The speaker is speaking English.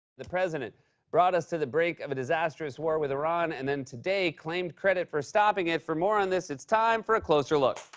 the president brought us to the brink of a disastrous war with iran and then today claimed credit for stopping it. for more on this, it's time for a closer look.